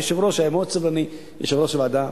היושב-ראש, יושב-ראש הוועדה,